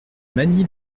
magny